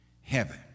heaven